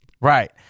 Right